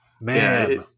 Man